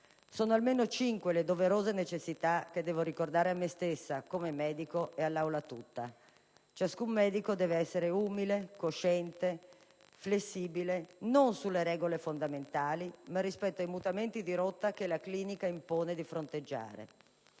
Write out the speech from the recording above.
Sono almeno cinque le doverose necessità che devo ricordare a me stessa, come medico, e a tutta l'Assemblea: ciascun medico deve essere umile, cosciente, flessibile non sulle regole fondamentali ma rispetto ai mutamenti di rotta che la clinica impone di fronteggiare.